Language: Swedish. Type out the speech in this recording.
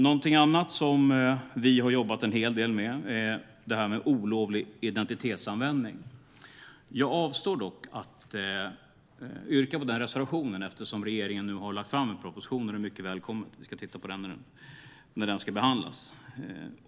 Något annat som vi har jobbat en hel del med är olovlig identitetsanvändning. Jag avstår dock från att yrka på den reservationen eftersom regeringen nu har lagt fram en mycket välkommen proposition. Vi ska titta på den när den ska behandlas.